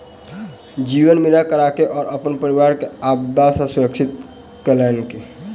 जीवन बीमा कराके ओ अपन परिवार के आपदा सॅ सुरक्षित केलैन